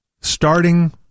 starting